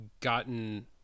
gotten